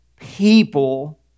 people